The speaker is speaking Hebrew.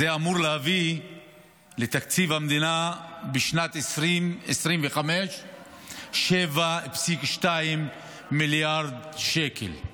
זה אמור להביא לתקציב המדינה בשנת 2025 7.2 מיליארד שקל.